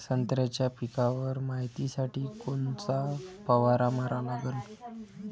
संत्र्याच्या पिकावर मायतीसाठी कोनचा फवारा मारा लागन?